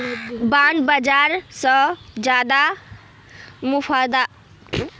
bond बाजार स ज्यादा मुनाफार संभावना स्टॉक बाजारत ह छेक